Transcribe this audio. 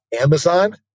Amazon